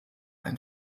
ein